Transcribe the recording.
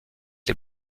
les